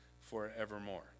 forevermore